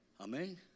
Amen